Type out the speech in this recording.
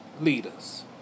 leaders